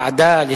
ועדה?